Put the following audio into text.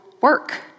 work